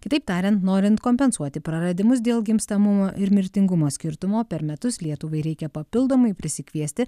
kitaip tariant norint kompensuoti praradimus dėl gimstamumo ir mirtingumo skirtumo per metus lietuvai reikia papildomai prisikviesti